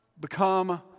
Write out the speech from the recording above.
become